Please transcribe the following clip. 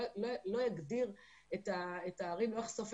אחזור